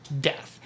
death